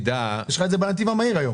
יש לך את זה בנתיב המהיר היום.